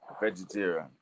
vegetarian